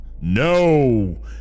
No